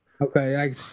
Okay